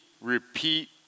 repeat